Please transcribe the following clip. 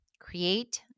create